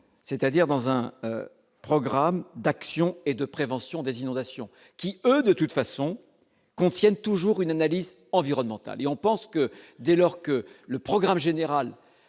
c'est-à-dire dans un. Programme d'action et de prévention des inondations qui, eux, de toute façon, contiennent toujours une analyse environnementale et on pense que dès lors que le programme général